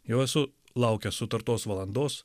jau esu laukęs sutartos valandos